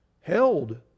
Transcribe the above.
held